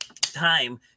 time